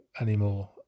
anymore